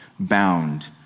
Bound